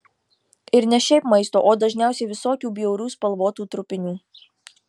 ir ne šiaip maisto o dažniausiai visokių bjaurių spalvotų trupinių